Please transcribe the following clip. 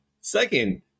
Second